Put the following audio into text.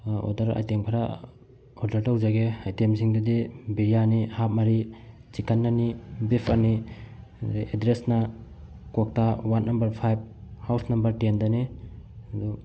order item ꯈꯔ order ꯇꯧꯖꯒꯦ ꯑꯥꯏꯇꯦꯝꯁꯤꯡꯗꯨꯗꯤ ꯕꯤꯔꯌꯥꯅꯤ ꯍꯥꯞ ꯃꯔꯤ ꯆꯤꯀꯟ ꯑꯅꯤ ꯕꯤꯐ ꯑꯅꯤ ꯑꯗꯨꯗꯩ ꯑꯦꯗ꯭ꯔꯦꯁꯅ Kwakta ward number five house number ꯇꯦꯟꯗꯅꯤ ꯑꯗꯨ